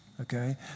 okay